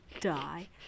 die